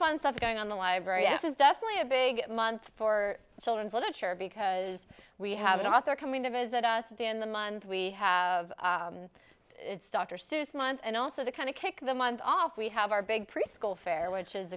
fun stuff going on the library s is definitely a big month for children's literature because we have an author coming to visit us in the month we have dr seuss month and also to kind of kick the month off we have our big preschool fare which is